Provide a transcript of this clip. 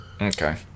Okay